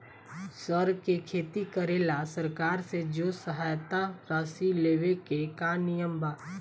सर के खेती करेला सरकार से जो सहायता राशि लेवे के का नियम बा?